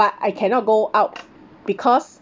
but I cannot go out because